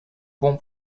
bon